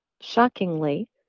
shockingly